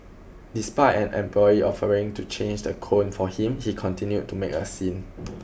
despite an employee offering to change the cone for him he continued to make a scene